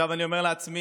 אני אומר לעצמי,